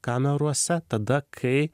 kamerose tada kai